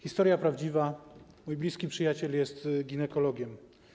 Historia prawdziwa, mój bliski przyjaciel jest ginekologiem.